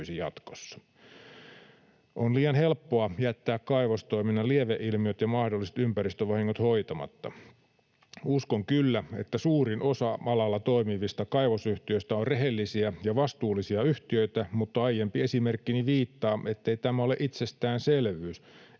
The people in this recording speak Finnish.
On liian helppoa jättää kaivostoiminnan lieveilmiöt ja mahdolliset ympäristövahingot hoitamatta. Uskon kyllä, että suurin osa alalla toimivista kaivosyhtiöistä on rehellisiä ja vastuullisia yhtiöitä, mutta aiempi esimerkkini viittaa, ettei tämä ole itsestäänselvyys,